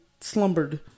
slumbered